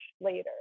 later